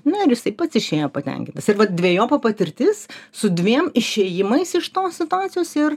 na ir jisai pats išėjo patenkintas ir vat dvejopa patirtis su dviem išėjimais iš tos situacijos ir